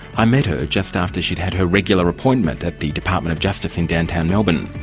i met her just after she'd had her regular appointment at the department of justice in downtown melbourne.